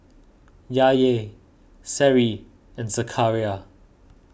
Yahya Seri and Zakaria